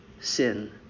Sin